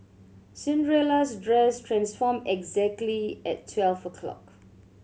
Cinderella's dress transformed exactly at twelve o'clock